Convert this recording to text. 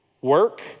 Work